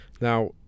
Now